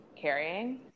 carrying